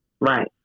Right